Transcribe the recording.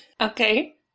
Okay